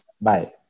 Bye